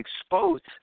exposed